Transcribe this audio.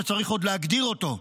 שצריך עוד להגדיר אותו.